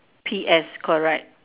P S correct